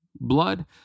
blood